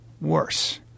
worse